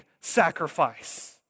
sacrifice